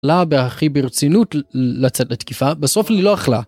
לה בהכי ברצינות ל ל לצאת לתקיפה, בסוף היא לא אכלה.